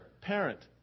parent